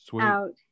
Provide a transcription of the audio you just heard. out